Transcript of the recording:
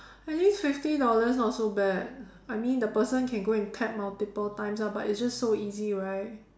at least fifty dollars not so bad I mean the person can go and tap multiple times ah but it's just so easy right